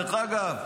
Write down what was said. דרך אגב,